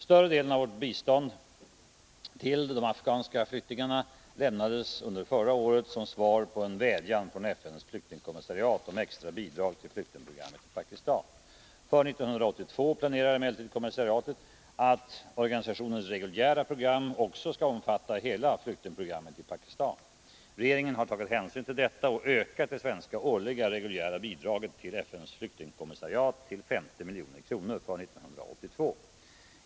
Större delen av vårt stöd till de afghanska flyktingarna lämnades under förra året som svar på en vädjan från FN:s flyktingkommissariat om extra bidrag till flyktingprogrammet i Pakistan. För 1982 planerar emellertid kommissariatet att organisationens reguljära program också skall omfatta hela flyktingprogrammet i Pakistan. Regeringen har tagit hänsyn till detta och ökat det svenska årliga reguljära bidraget till FN:s flyktingkommissariat till 50 milj.kr. för år 1982.